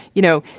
you know,